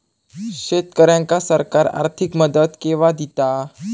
शेतकऱ्यांका सरकार आर्थिक मदत केवा दिता?